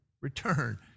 return